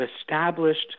established